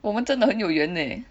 我们真的很有缘 eh